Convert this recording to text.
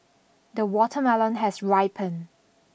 the watermelon has ripened